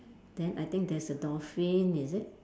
then I think there's a dolphin is it